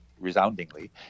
resoundingly